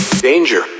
DANGER